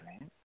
right